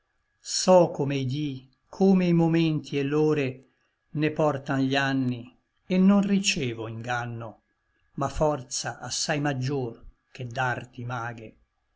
so come i dí come i momenti et l'ore ne portan gli anni et non ricevo inganno ma forza assai maggior che d'arti maghe